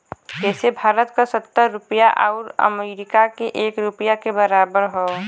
जइसे भारत क सत्तर रुपिया आउर अमरीका के एक रुपिया के बराबर हौ